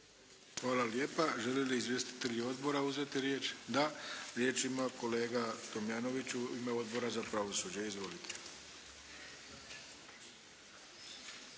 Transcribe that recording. Hvala lijepa. Žele li izvjestitelji odbora uzeti riječ? Da. Riječ ima kolega Tomljanović u ime Odbora za pravosuđe. Izvolite.